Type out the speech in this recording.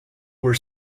were